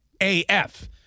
AF